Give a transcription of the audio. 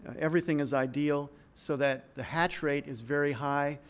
everything is ideal so that the hatch rate is very high.